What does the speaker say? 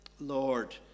Lord